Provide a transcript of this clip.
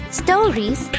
stories